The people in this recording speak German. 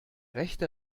rechte